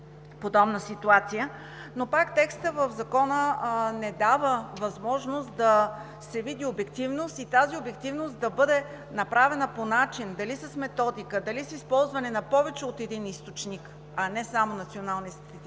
но пак текстът в Закона не дава възможност да се види обективност и тази обективност да бъде направена по начин – дали с методика, дали с използване на повече от един източник, а не само Националният статистически